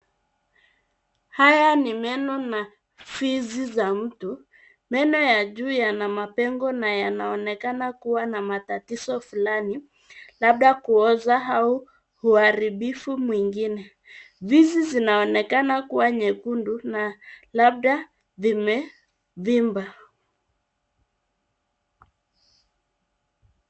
Haya ni meno na fizi za mtu. Meno ya juu yana mapengo na yanaonekana kuwa na matatizo fulani , labda kuoza au uharibifu mwingine. Fizi zinaonekana kuwa nyekundu na labda vimevimba.